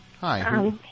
Hi